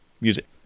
music